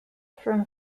from